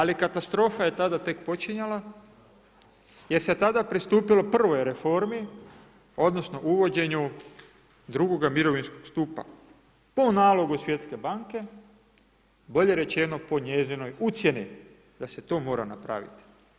Ali katastrofa je tek tada počinjala, jer se tada pristupilo prvoj reformi, odnosno, uvođenju drugoga mirovinskoga stupa, po nalogu svjetske banke, bolje rečeno, po njezinoj ucjeni da se to mora napraviti.